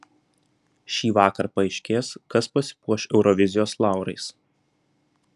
šįvakar paaiškės kas pasipuoš eurovizijos laurais